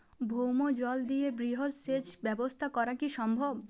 ভৌমজল দিয়ে বৃহৎ সেচ ব্যবস্থা করা কি সম্ভব?